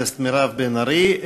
הכנסת מירב בן ארי.